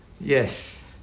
Yes